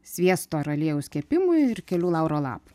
sviesto ar aliejaus kepimui ir kelių lauro lapų